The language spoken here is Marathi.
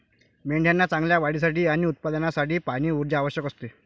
मेंढ्यांना चांगल्या वाढीसाठी आणि उत्पादनासाठी पाणी, ऊर्जा आवश्यक असते